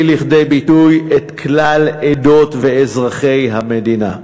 לכדי ביטוי את כלל עדות ואזרחי המדינה.